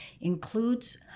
includes